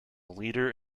leader